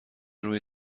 روی